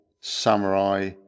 samurai